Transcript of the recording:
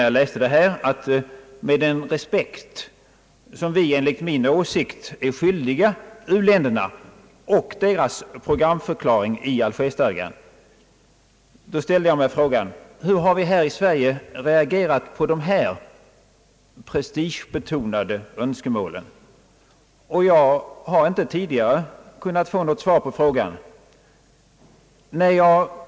Med den respekt som vi enligt vår åsikt är skyldiga u-länderna och deras programförklaring i Alger-stadgan ställde jag mig frågan, när jag läste det här: Hur har vi här i Sverige reagerat på dessa prestigebetonade önskemål? Jag har inte tidigare fått något svar på frågan.